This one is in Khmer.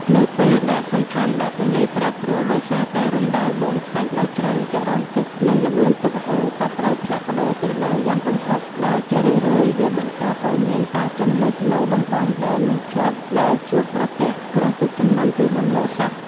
នៅពេលដែលសណ្ឋានបាតទន្លេប្រែប្រួលដោយសារតែរណ្តៅបូមខ្សាច់ដ៏ជ្រៅ ចរន្តទឹក និងល្បឿនទឹកហូរក៏ត្រូវផ្លាស់ប្តូរទិសដៅយ៉ាងគំហុក ដែលជារឿយៗវាបង្កើតឱ្យមានការជន់លិចនៅតំបន់ដែលមិនធ្លាប់ដែលជួបប្រទះគ្រោះទឹកជំនន់ពីមុនមកសោះ។